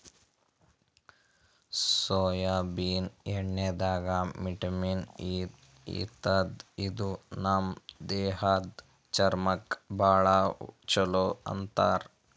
soybean ಎಣ್ಣಿದಾಗ್ vitamin E ಇರ್ತದ್ ಇದು ನಮ್ ದೇಹದ್ದ್ ಚರ್ಮಕ್ಕಾ ಭಾಳ್ ಛಲೋ ಅಂತಾರ್